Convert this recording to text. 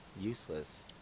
Useless